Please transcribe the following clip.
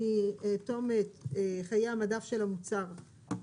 פטור מחיי המדף של המוצר,